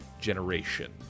generation